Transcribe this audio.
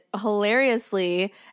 hilariously